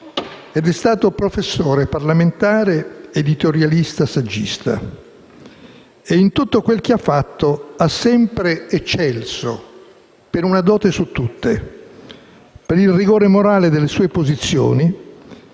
ed è stato professore, parlamentare, editorialista e saggista e in tutto quel che ha fatto ha sempre eccelso per una dote su tutte: il rigore morale delle sue posizioni